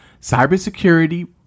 cybersecurity